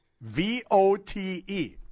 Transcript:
V-O-T-E